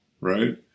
right